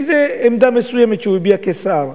על איזו עמדה מסוימת שהוא הביע כשר.